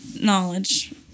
knowledge